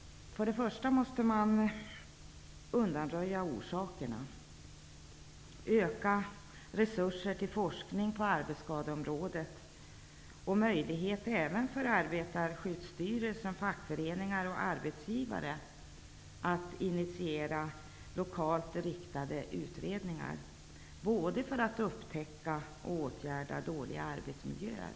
Man måste börja med att undanröja orsakerna. Man måste ge ökade resurser til forskning på arbetsskadeområdet och även ge Arbetarskyddsstyrelsen, fackföreningar och arbetsgivare möjlighet att initiera lokalt riktade utredningar, både för att upptäcka och åtgärda dåliga arbetsmiljöer.